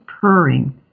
purring